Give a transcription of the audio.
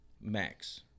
Max